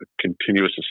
continuous